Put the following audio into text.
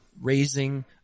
raising